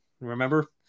Remember